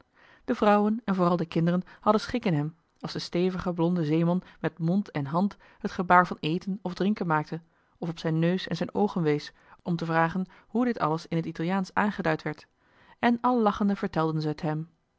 de vrouwen en vooral de kinderen hadden schik in hem als de stevige blonde zeeman met mond en hand het gebaar van eten of drinken maakte of op zijn neus en zijn oogen wees om te vragen hoe dit alles in t italiaansch aangeduid werd en al lachende vertelden ze het hem